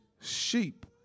sheep